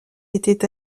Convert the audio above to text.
étaient